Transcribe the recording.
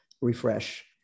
refresh